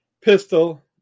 pistol